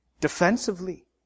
Defensively